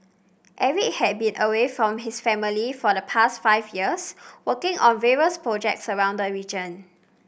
Eric had been away from his family for the past five years working on various projects around the region